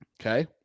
Okay